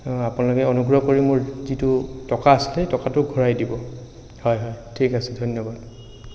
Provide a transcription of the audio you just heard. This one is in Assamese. আপোনালোকে অনুগ্ৰহ কৰি মোৰ যিটো টকা আছিলে সেই টকাটো ঘুৰাই দিব হয় হয় ঠিক আছে ধন্যবাদ